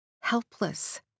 helpless